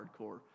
hardcore